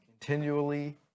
continually